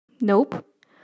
Nope